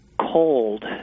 cold